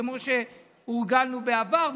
כמו שהורגלנו בעבר,